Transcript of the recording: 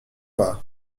pas